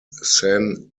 sen